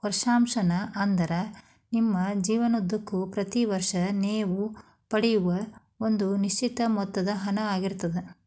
ವರ್ಷಾಶನ ಅಂದ್ರ ನಿಮ್ಮ ಜೇವನದುದ್ದಕ್ಕೂ ಪ್ರತಿ ವರ್ಷ ನೇವು ಪಡೆಯೂ ಒಂದ ನಿಶ್ಚಿತ ಮೊತ್ತದ ಹಣ ಆಗಿರ್ತದ